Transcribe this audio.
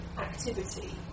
activity